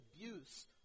abuse